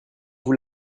vous